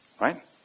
right